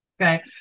Okay